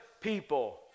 people